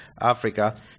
Africa